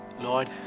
Lord